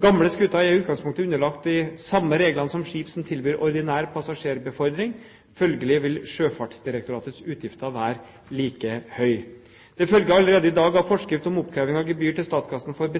Gamle skuter er i utgangspunktet underlagt de samme reglene som skip som tilbyr ordinær passasjerbefordring. Følgelig vil Sjøfartsdirektoratets utgifter være like høye. Det følger allerede i dag av forskrift om oppkreving av gebyr til statskassen for